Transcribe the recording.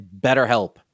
BetterHelp